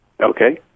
Okay